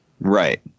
right